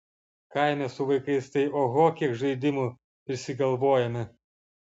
kaime su vaikais tai oho kiek žaidimų prisigalvojame